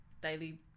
daily